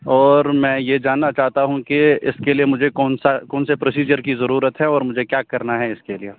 اور میں یہ جاننا چاہتا ہوں کہ اس کے لیے مجھے کون سا کون سے پروسیجر کی ضرورت ہے اور مجھے کیا کرنا ہے اس کے لیے